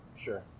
Sure